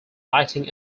lighting